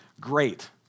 great